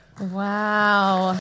Wow